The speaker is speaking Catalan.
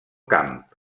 camp